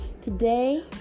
Today